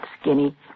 skinny